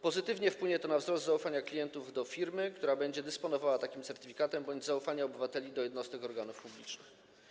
Pozytywnie wpłynie to na wzrost zaufania klientów do firmy, która będzie dysponowała takim certyfikatem, bądź zaufania obywateli do jednostek organów publicznych.